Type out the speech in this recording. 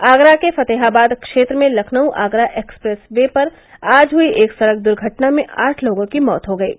आगरा के फतेहाबाद क्षेत्र में लखनऊ आगरा एक्सप्रेस वे पर आज हुयी एक सड़क दुर्घटना में आठ लोगों की मौत हो गयी